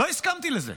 לא הסכמתי לזה.